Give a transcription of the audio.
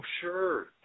sure